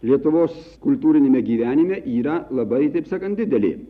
lietuvos kultūriniame gyvenime yra labai taip sakant didelė